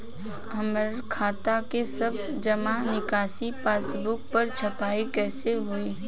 हमार खाता के सब जमा निकासी पासबुक पर छपाई कैसे होई?